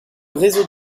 réseau